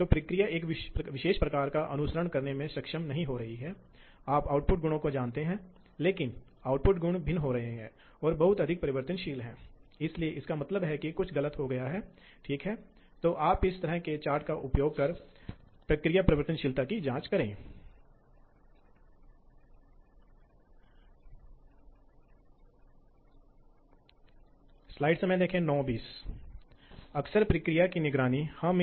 फिर जिस प्रकार के प्रोग्राम का प्रकार हो सकता है वहाँ प्रोग्राम का उपयोग किया जाता है यदि यह एक अधिकतम आकार I O डिवाइस आदि विभिन्न प्रोग्राम पैरामीटर हैं